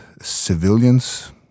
civilians